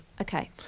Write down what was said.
okay